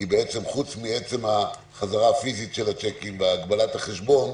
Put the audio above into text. כי בעצם חוץ מעצם החזרה הפיזית של הצ'קים והגבלת החשבון.